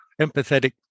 empathetic